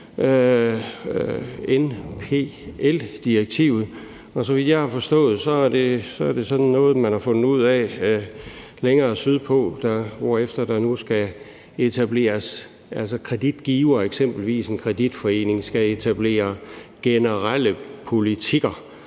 NPL-direktivet, og så vidt jeg har forstået, er det sådan noget, man har fundet ud af længere sydpå, hvorefter der nu skal etableres politikker for kreditgivere. Eksempelvis skal en kreditforening etablere generelle politikker